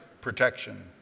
protection